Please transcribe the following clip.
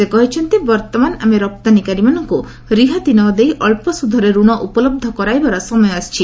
ସେ କହିଛନ୍ତି ବର୍ତ୍ତମାନ ଆମେ ରପ୍ତାନିକାରୀମାନଙ୍କୁ ରିହାତି ନ ଦେଇ ଅଳ୍ପ ସୁଧରେ ରଣ ଉପଲବ୍ଧତା କରାଇବାର ସମୟ ଆସିଛି